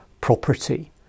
property